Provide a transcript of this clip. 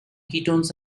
ketones